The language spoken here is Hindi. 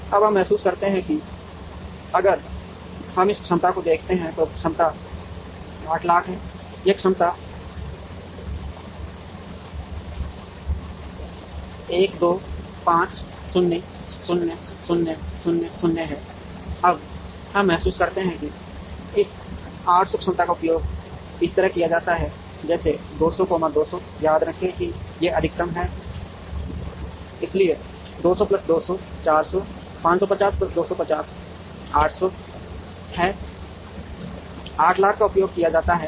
अब हम महसूस करते हैं कि अगर हम इस क्षमता को देखते हैं तो यह क्षमता 800000 है यह क्षमता 1 2 5 0 0 0 0 0 है अब हम महसूस करते हैं कि इस 800 क्षमता का उपयोग इस तरह किया जाता है जैसे 200 200 याद रखें कि ये अधिकतम में हैं इसलिए 200 प्लस 200 400 550 प्लस 250 800 है 800000 का उपयोग किया जाता है